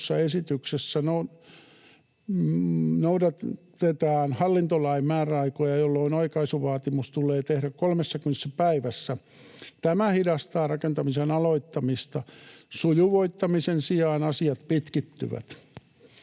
noudatetaan hallintolain määräaikoja, jolloin oikaisuvaatimus tulee tehdä 30 päivässä. Tämä tulee hidastamaan rakentamisen aloittamista. Sujuvoittamisen sijaan asiat pitkittyvät.”